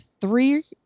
three